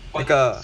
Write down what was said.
一个